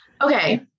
okay